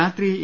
രാത്രി എ